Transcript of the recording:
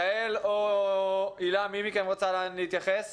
יעל או הילה, מי רוצה להתייחס,